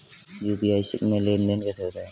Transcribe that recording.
UPI में लेनदेन कैसे होता है?